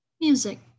music